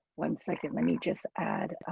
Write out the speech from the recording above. one second. let me just add ah